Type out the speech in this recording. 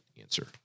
answer